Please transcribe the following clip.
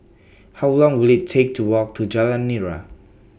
How Long Will IT Take to Walk to Jalan Nira